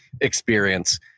experience